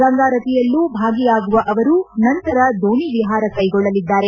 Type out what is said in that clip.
ಗಂಗಾರತಿಯಲ್ಲೂ ಭಾಗಿಯಾಗುವ ಅವರು ನಂತರ ದೋಣಿ ವಿಹಾರ ಕೈಗೊಳ್ಳಲಿದ್ದಾರೆ